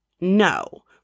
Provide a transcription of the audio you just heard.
no